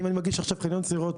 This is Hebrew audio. אם אני מגיש עכשיו חניון סירות,